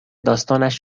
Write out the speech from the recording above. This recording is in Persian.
داستانش